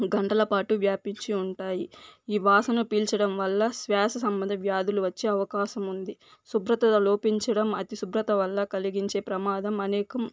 గంటల పాటు వ్యాపించి ఉంటాయి ఈ వాసన పీల్చడం వల్ల శ్వాస సంబంధిత వ్యాధులు వచ్చే అవకాశం ఉంది శుభ్రత లోపించడం అతి శుభ్రత వల్ల కలిగించే ప్రమాదం అనేకం